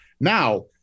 Now